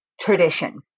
tradition